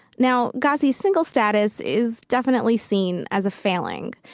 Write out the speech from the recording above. now, ghazi's single status is definitely seen as a failing.